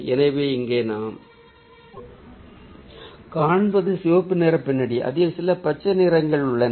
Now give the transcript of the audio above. எனவே இங்கே நாம் காண்பது சிவப்பு நிற பின்னணி அதில் சில பச்சை நிறங்கள் உள்ளன